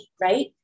right